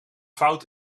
fout